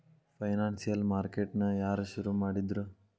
Financial market ನ ಯಾರ್ ಶುರುಮಾಡಿದ್ರು?